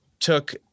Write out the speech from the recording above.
took